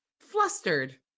flustered